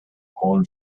own